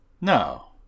No